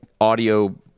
audio